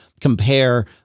compare